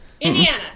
Indiana